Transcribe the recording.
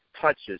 touches